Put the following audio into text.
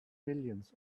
millions